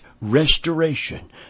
restoration